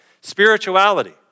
spirituality